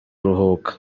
ruhuka